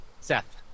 seth